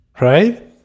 Right